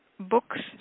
books